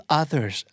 others